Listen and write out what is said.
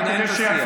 תנהל את השיח.